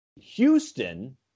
Houston